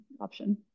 option